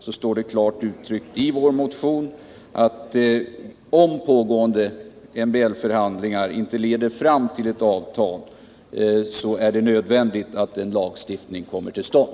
Vi har klart uttryckt i vår motion att om pågående MBL-förhandlingar inte leder fram till ett avtal är det nödvändigt att en lagstiftning kommer till stånd.